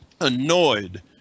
annoyed